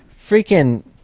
freaking